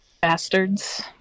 bastards